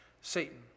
Satan